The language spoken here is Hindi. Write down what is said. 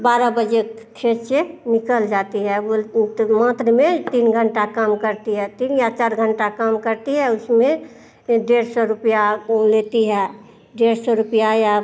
बारह बजे खेत से निकल जाती है बोल तो मात्र में तीन घंटा काम करती है तीन या चार घंटा काम करती है उसमें एक डेढ़ सौ रुपया ओ लेती है डेढ़ सौ रुपया या